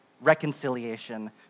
reconciliation